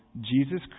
Jesus